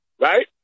right